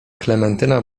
klementyna